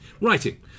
Writing